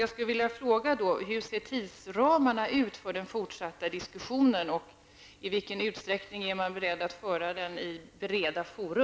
Jag skulle därför vilja fråga: Hur ser tidsramarna ut för den fortsatta diskussionen, och i vilken utsträckning är man beredd att föra den i breda fora?